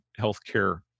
healthcare